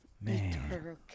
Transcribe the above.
Man